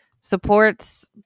supports